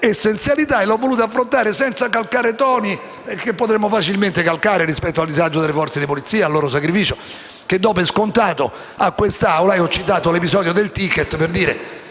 essenzialità e l'ho voluta affrontare senza calcare toni che potremmo facilmente calcare, rispetto al disagio delle forze di polizia e al loro sacrificio, che do per scontati in quest'Aula e ho citato l'episodio del *ticket*, che mi